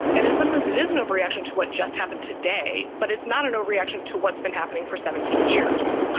and in some sense it is an overreaction to what just happened today, but it's not an overreaction to what's been happening for seventeen years.